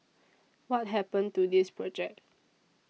what happened to this project